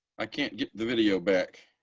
i can't get the video back.